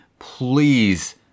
Please